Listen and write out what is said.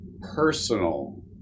personal